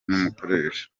n’umukoresha